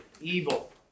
evil